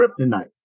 kryptonite